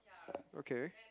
okay